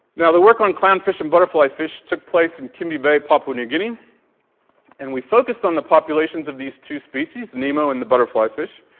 now the work on clown fish and butterfly fish took place in kimby bay, papua new guinea and we focused on the populations of these two species, nemo and the butterfly fish,